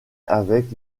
avec